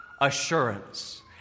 assurance